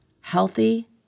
healthy